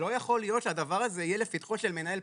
לא יכול להיות שהדבר הזה יהיה לפתחו של מנהל פנסיה.